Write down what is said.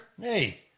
Hey